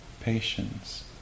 patience